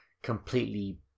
completely